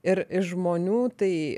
ir iš žmonių tai